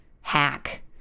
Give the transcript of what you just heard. hack